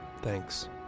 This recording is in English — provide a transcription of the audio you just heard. Thanks